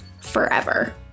forever